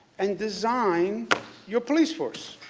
and design your police force.